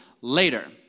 later